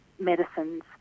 medicines